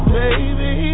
baby